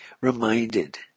reminded